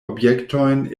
objektojn